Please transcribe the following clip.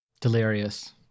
Delirious